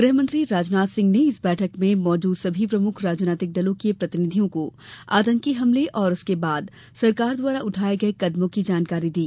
गृह मंत्री राजनाथ सिंह ने इस बैठक में मौजूद सभी प्रमुख राजनीतिक दलों के प्रतिनिधियों को आतंकी हमले और उसके बाद सरकार द्वारा उठाए गए कदमों की जानकारी दी